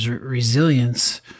resilience